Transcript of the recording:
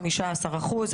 15 אחוזים,